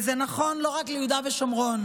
וזה נכון לא רק ליהודה ושומרון,